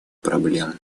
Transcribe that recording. проблем